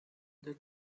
the